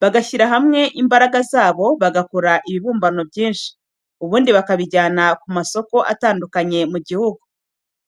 bagashyira hamwe imbaraga zabo bagakora ibibumbano nyinshi, ubundi bakabijyana kuma soko atandukanye mu gihugu.